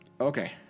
Okay